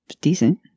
decent